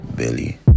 Billy